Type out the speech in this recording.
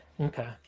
Okay